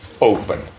open